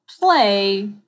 play